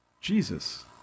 Jesus